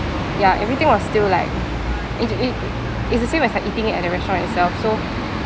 ya everything was still like it it it's the same as like eating it at the restaurant itself so